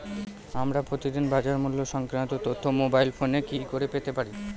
আমরা প্রতিদিন বাজার মূল্য সংক্রান্ত তথ্য মোবাইল ফোনে কি করে পেতে পারি?